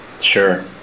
Sure